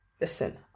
listen